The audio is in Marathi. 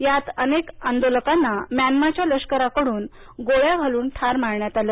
यात अनेक आंदोलकांना म्यानमाच्या लष्कराकडून गोळ्या घालून मारण्यात आलं